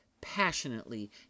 passionately